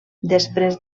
després